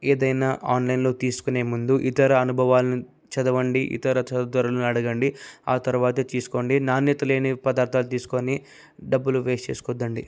ఏదైనా ఆన్లైన్లో తీసుకునే ముందు ఇతర అనుభవాలను చదవండి ఇతర సోదరులను అడగండి ఆ తర్వాతే తీసుకోండి నాణ్యతలేని పదార్థాలు తీసుకొని డబ్బులు వేస్ట్ చేసుకోవద్దండి